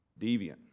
deviant